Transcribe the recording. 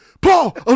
Paul